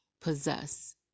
possess